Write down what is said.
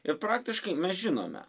ir praktiškai mes žinome